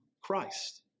Christ